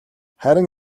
харин